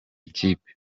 ikipe